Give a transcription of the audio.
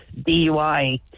DUI